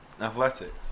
athletics